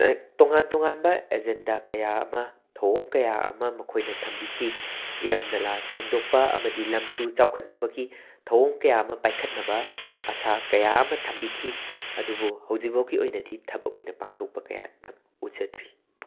ꯑꯠ ꯇꯣꯉꯥꯟ ꯇꯣꯉꯥꯟꯕ ꯑꯦꯖꯦꯟꯗꯥ ꯀꯌꯥ ꯑꯃ ꯊꯋꯣꯡ ꯀꯌꯥ ꯑꯃ ꯃꯈꯣꯏꯅ ꯊꯝꯕꯤꯈꯤ ꯏꯔꯝ ꯅꯥꯂꯥ ꯁꯦꯡꯗꯣꯛꯄ ꯑꯃꯗꯤ ꯂꯝ ꯇꯨ ꯆꯥꯎꯈꯠꯅꯕꯒꯤ ꯊꯋꯣꯡ ꯀꯌꯥ ꯑꯃ ꯄꯥꯏꯈꯠꯅꯕ ꯑꯁꯥ ꯀꯌꯥ ꯑꯃ ꯊꯝꯕꯤꯈꯤ ꯑꯗꯨꯕꯨ ꯍꯧꯖꯤꯛꯕꯧꯒꯤ ꯑꯣꯏꯅꯗꯤ ꯊꯕꯛ ꯑꯣꯏꯅ ꯄꯥꯡꯊꯣꯛꯄ ꯀꯌꯥ ꯊ ꯎꯖꯗ꯭ꯔꯤ